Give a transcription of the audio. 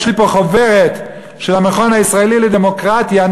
יש לי פה חוברת של המכון הישראלי לדמוקרטיה,